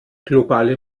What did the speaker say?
globale